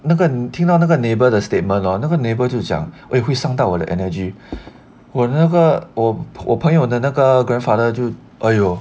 那个你听到那个 neighbour the statement hor 那个 neighbour 就讲 eh 会伤到我的 energy 我的那个我我朋友的那个 grandfather 就哎哟